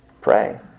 pray